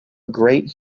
great